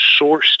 sourced